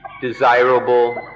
desirable